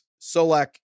Solak